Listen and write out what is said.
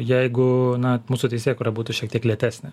jeigu na mūsų teisėkūra būtų šiek tiek lėtesnė